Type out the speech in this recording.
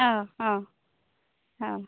অঁ অঁ